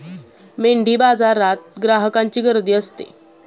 मेंढीबाजारात ग्राहकांची गर्दी असते